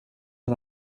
att